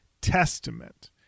Testament